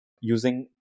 using